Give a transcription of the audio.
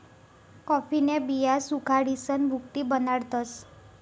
कॉफीन्या बिया सुखाडीसन भुकटी बनाडतस